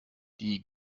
die